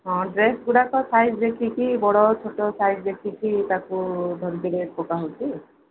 ହଁ ଡ୍ରେସ୍ଗୁଡ଼ାକ ସାଇଜ୍ ଦେଖିକି ବଡ଼ ଛୋଟ ସାଇଜ୍ ଦେଖିକି ତାକୁ ଧରିକି ରେଟ୍ ପକା ହେଉଛି